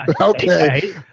Okay